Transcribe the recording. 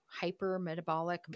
hypermetabolic